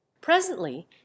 presently